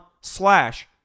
slash